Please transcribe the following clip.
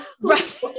Right